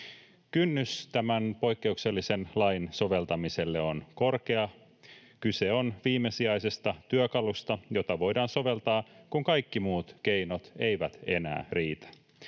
Kynnys tämän poikkeuksellisen lain soveltamiselle on korkea. Kyse on viimesijaisesta työkalusta, jota voidaan soveltaa, kun kaikki muut keinot eivät enää riitä.